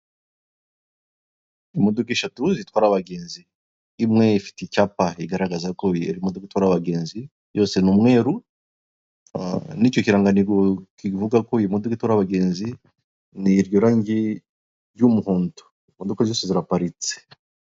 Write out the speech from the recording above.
Imodoka eshatu zitwara abagenzi, imwe ifite icyapa igaragaza ko iyo ari modoka itwara abagenzi yose ni umweru, n'icyo kirangantego kiri kuvuga ko iyo modoka itwara abagenzi, ni iryo rangi ry'umuhondo. Imodoka zose ziraparitse.